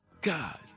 God